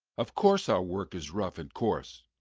of course our work is rough and coarse.